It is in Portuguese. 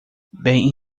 bem